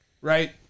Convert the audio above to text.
Right